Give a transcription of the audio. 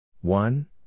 one